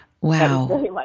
Wow